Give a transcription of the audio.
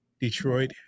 Detroit